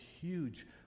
huge